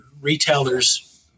retailers